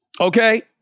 okay